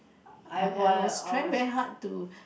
I I was trying very hard to